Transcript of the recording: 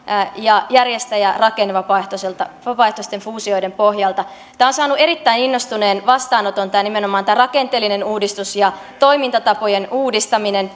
ja järjestäjärakenne vapaaehtoisten fuusioiden pohjalta tämä on saanut erittäin innostuneen vastaanoton nimenomaan tämä rakenteellinen uudistus ja toimintatapojen uudistaminen